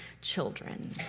children